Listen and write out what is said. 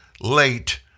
late